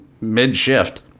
mid-shift